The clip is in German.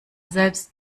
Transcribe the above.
selbst